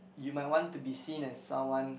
you might want to be seen as someone